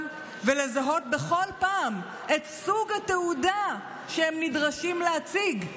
ולזהות בכל פעם את סוג התעודה שהם נדרשים להציג.